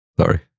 Sorry